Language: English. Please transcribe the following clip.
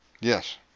Yes